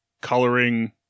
coloring